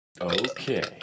Okay